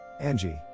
Angie